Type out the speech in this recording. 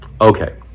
Okay